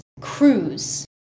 cruise